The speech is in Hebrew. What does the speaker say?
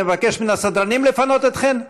נבקש מן הסדרנים לפנות אתכם?